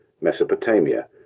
Mesopotamia